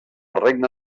regne